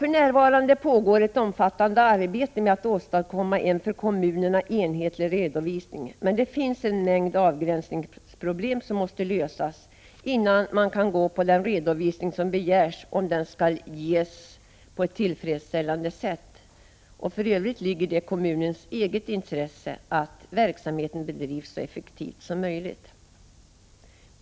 För närvarande pågår ett omfattande arbete med att åstadkomma en för kommunerna enhetlig redovisning, men det finns en mängd avgränsningsproblem som måste lösas innan man kan gå över till den redovisning som begärs såvida den skall ges på ett tillfredsställande sätt. För övrigt ligger det i kommunernas eget intresse att verksamheten bedrivs så effektivt som möjligt.